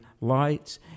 lights